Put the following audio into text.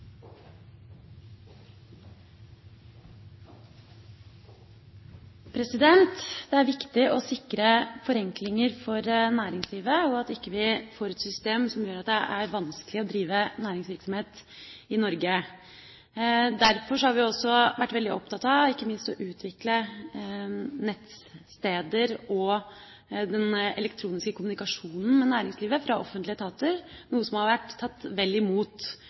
viktig å sikre forenklinger for næringslivet, slik at vi ikke får et system som gjør at det er vanskelig å drive næringsvirksomhet i Norge. Derfor har vi ikke minst også vært veldig opptatt av å utvikle nettsteder og den elektroniske kommunikasjonen med næringslivet fra offentlige etater, noe som har vært tatt vel imot